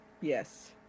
Yes